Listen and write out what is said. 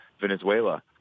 Venezuela